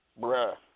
Bruh